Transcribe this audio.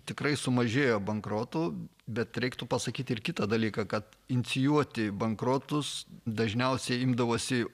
tikrai sumažėjo bankrotų bet reiktų pasakyti ir kitą dalyką kad inicijuoti bankrotus dažniausiai imdavosi